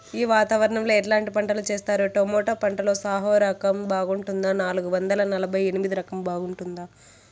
ఈ వాతావరణం లో ఎట్లాంటి పంటలు చేస్తారు? టొమాటో పంటలో సాహో రకం బాగుంటుందా నాలుగు వందల నలభై ఎనిమిది రకం బాగుంటుందా?